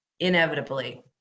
Inevitably